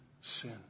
sin